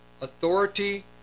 authority